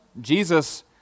Jesus